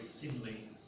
thinly